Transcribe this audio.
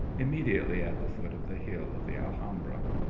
im mediately at the foot of the hill of the alhambra,